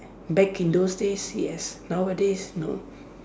back in those days yes nowadays no